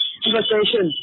conversation